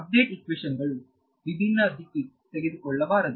update equation ಗಳು ವಿಭಿನ್ನ ದಿಕ್ಕು ತೆಗೆದುಕೊಳ್ಳಬಾರದು